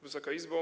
Wysoka Izbo!